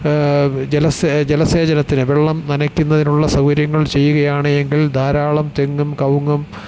ജലസേചനത്തിന് വെള്ളം നനയ്ക്കുന്നതിനുള്ള സൗകര്യങ്ങൾ ചെയ്യുകയാണ് എങ്കിൽ ധാരാളം തെങ്ങും കവുങ്ങും